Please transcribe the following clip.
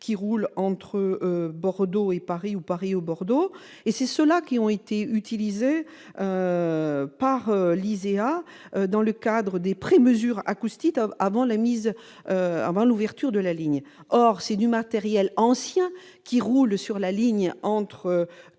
qui roulent entre Paris et Bordeaux et qui ont été utilisées par LISEA dans le cadre des prémesures acoustiques avant l'ouverture de la ligne. Or c'est du matériel ancien qui roule sur la ligne entre